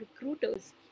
recruiters